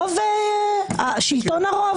שלטון הרוב.